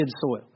soil